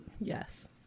Yes